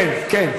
כן, כן.